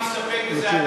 אני מוכן להסתפק בזה.